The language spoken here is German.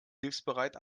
hilfsbereit